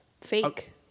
Fake